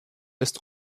ist